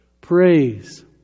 Praise